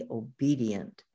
obedient